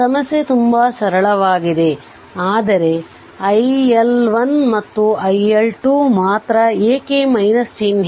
ಸಮಸ್ಯೆ ತುಂಬಾ ಸರಳವಾಗಿದೆ ಆದರೆ iL1 ಮತ್ತು iL2 ಮಾತ್ರ ಏಕೆ ಚಿಹ್ನೆ